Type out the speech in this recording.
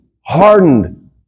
hardened